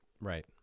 Right